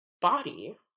body